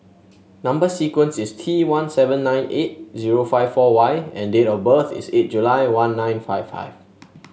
number sequence is T one seven nine eight zero five four Y and date of birth is eight July one nine five five